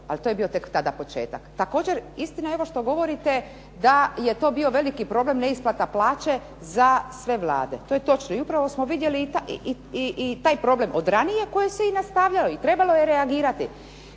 ali to je bio tek tada početak. Istina evo što govorite da je to bio veliki problem neisplata plaće za sve vlade, točno, i upravo smo vidjeli taj problem od ranije koji se nastavljao, i trebalo je reagirati,